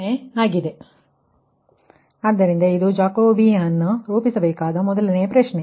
ಆದ್ದರಿಂದ ಇದು ಜಾಕೋಬಿಯನ್ ಅನ್ನು ರೂಪಿಸಬೇಕಾದ ಮೊದಲನೆಯ ಪ್ರಶ್ನೆ